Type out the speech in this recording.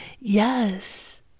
Yes